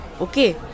okay